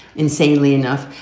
insanely enough.